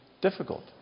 difficult